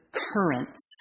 currents